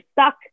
stuck